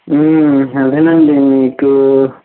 అదేనండి మీకూ